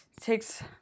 takes